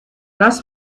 das